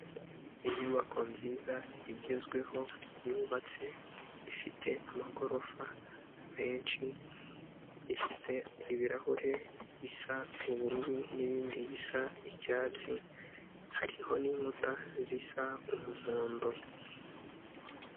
Inyubako nziza igezweho yubatse ifite amagorofa menshi, ifite ibirahure bisa ubururu nibindi bisa icyatsi, hariho n'inkuta zisa umuhondo.